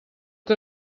que